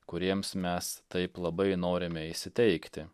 kuriems mes taip labai norime įsiteikti